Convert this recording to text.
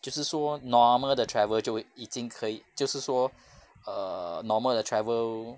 就是说 normal 的 travel 就会已经可以就是说 err normal 的 travel